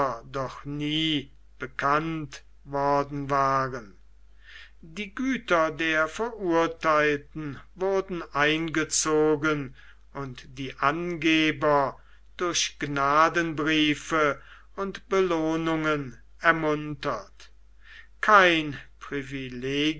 doch nie bekannt worden waren die güter der verurtheilten wurden eingezogen und die angeber durch gnadenbriefe und belohnungen ermuntert kein privilegium